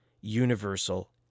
universal